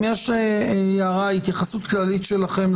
אם יש התייחסות כללית שלכם,